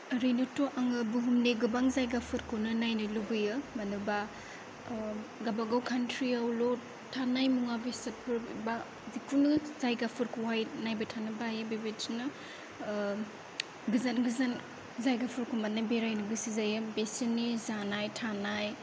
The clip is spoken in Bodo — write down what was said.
ओरैनोथ' आङो बुहुमनि गोबां जायगाफोरखौनो नायनो लुबैयो मानोबा गावबा गाव खान्थियावल' थानाय मुवा बेसादफोर बा जिकुनु जायगाफोरखौहाय नायबाय थानो बायो बेबायदिनो गोजान गोजान जायगाफोरखौ माने बेरायनो गोसो जायो बेसोरनि जानाय थानाय